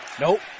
Nope